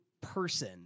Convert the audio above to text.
person